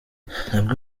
ntabwo